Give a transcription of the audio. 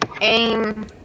aim